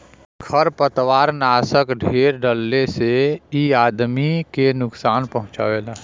खरपतवारनाशक ढेर डलले से इ आदमी के नुकसान पहुँचावला